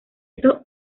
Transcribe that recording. esto